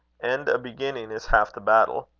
and a beginning is half the battle.